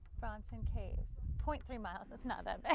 bronson caves. point three miles. it's not that bad.